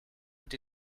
but